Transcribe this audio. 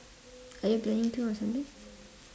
are you planning to or something